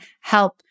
help